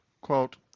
quote